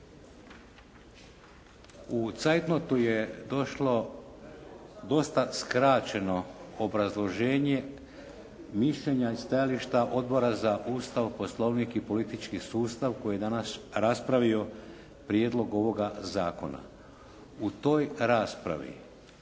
U «zeitnotu» je došlo dosta skraćeno obrazloženje mišljenja i stajališta Odbora za Ustav, Poslovnik i politički sustav koji je danas raspravio prijedlog ovoga zakona. U toj raspravi